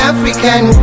African